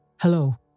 hello